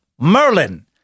Merlin